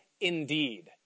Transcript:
indeed